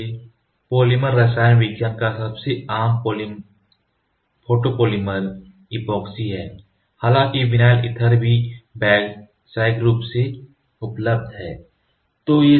इसलिए फोटोपॉलीमर रसायन विज्ञान का सबसे आम फोटोपॉलीमर epoxies है हालांकि विनाइल ईथर भी व्यावसायिक रूप से उपलब्ध हैं